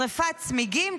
שרפת צמיגים,